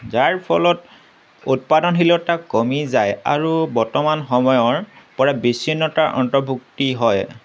যাৰ ফলত উৎপাদনশীলতা কমি যায় আৰু বৰ্তমান সময়ৰ পৰা বিচ্ছিনতা অন্তৰ্ভুক্তি হয়